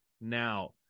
now